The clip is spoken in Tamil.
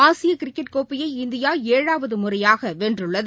ஆசிய கிரிக்கெட் கோப்பையை இந்தியா ஏழாவது முறையாக வென்றுள்ளது